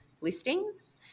listings